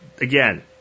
again –